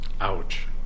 Ouch